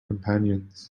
companions